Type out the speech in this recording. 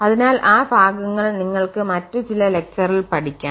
അതിനാൽ ആ ഭാഗങ്ങൾ നിങ്ങൾക് മറ്റു ചില ലെക്ചറിൽ പഠിക്കാം